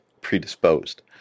predisposed